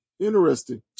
Interesting